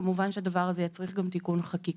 כמובן שהדבר הזה יצריך גם תיקון חקיקה.